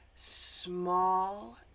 Small